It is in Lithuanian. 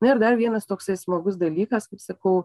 na ir dar vienas toksai smagus dalykas kaip sakau